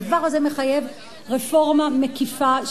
הדבר הזה מחייב רפורמה מקיפה,